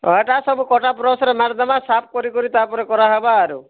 ଏଟା ସବୁ କରଦେବା ବ୍ରସ୍ରେ ମାରିଦମାଁ ସାଫ୍ କରି କରି ତାପରେ କରାହେବା ଆରୁ